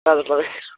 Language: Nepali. ताल परे